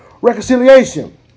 reconciliation